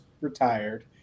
retired